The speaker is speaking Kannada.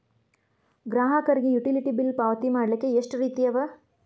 ಗ್ರಾಹಕರಿಗೆ ಯುಟಿಲಿಟಿ ಬಿಲ್ ಪಾವತಿ ಮಾಡ್ಲಿಕ್ಕೆ ಎಷ್ಟ ರೇತಿ ಅವ?